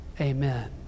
amen